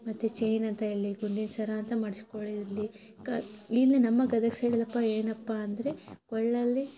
ಮತ್ತು ಚೈನ್ ಅಂತ ಹೇಳಲಿ ಗುಂಡಿನ ಸರ ಅಂತ ಮಾಡ್ಸ್ಕೊಳ್ ಇರಲಿ ಕಾ ಇನ್ನು ನಮ್ಮ ಗದಗ ಸೈಡಲ್ಲಪ್ಪ ಏನಪ್ಪ ಅಂದರೆ ಒಳ್ಳಲ್ಲಿ